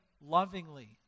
lovingly